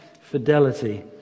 fidelity